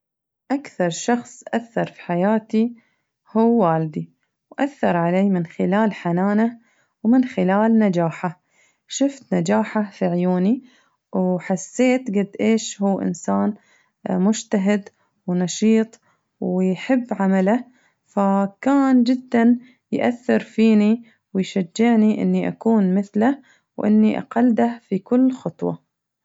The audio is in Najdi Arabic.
أكثر شخص أثر في حياتي هو والدي وأثر علي من خلال حنانه ومن خلال نجاحه وشفت نجاحه في عيوني وحسيت قد إيش هو إنسان مجتهد ونشيط ويحب عمله فكان جداً يأثر فيني ويشجعني إني أكون مثله وإني أقلده في كل خطوة.